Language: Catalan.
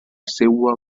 seua